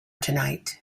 tonight